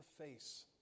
face